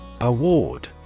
Award